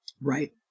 Right